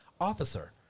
officer